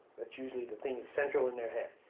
that's usually the thing that's central in their head.